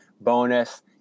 bonus